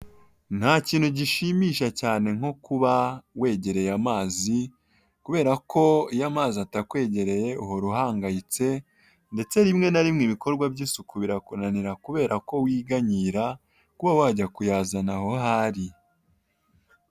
Nta kintu gishimisha cyane nko kuba wegereye amazi, kubera ko iyo amazi atakwegereye uhora uhangayitse ndetse rimwe na rimwe ibikorwa by'isuku birakunanira, kubera ko wiganyira kuba wajya kuyazana aho ari.